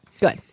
Good